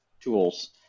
tools